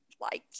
liked